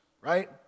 right